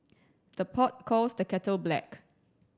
the pot calls the kettle black